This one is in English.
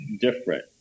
different